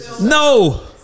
No